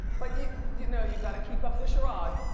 but you you know you gotta keep up the charade.